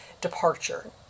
departure